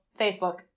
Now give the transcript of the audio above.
Facebook